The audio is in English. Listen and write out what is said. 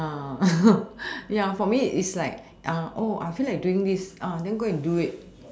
ya for me is like uh I feel like doing this oh then go and do it